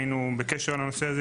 היינו בקשר על הנושא הזה,